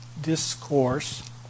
discourse